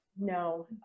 No